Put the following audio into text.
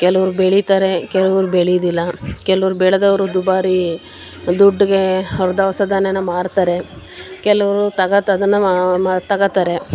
ಕೆಲವ್ರು ಬೆಳಿತಾರೆ ಕೆಲವ್ರು ಬೆಳ್ಯದಿಲ್ಲ ಕೆಲವ್ರು ಬೆಳೆದವ್ರು ದುಬಾರಿ ದುಡ್ಡಿಗೆ ಅವ್ರ್ ದವಸ ಧಾನ್ಯನ ಮಾರ್ತಾರೆ ಕೆಲವರು ತಗತ್ ಅದನ್ನು ತಗೊತಾರೆ